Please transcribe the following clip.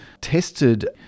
tested